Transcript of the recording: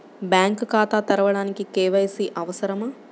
Bank ఖాతా తెరవడానికి KYC అవసరమా?